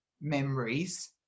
memories